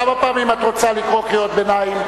כמה פעמים את רוצה לקרוא קריאות ביניים?